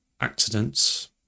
accidents